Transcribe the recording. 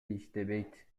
иштебейт